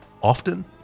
Often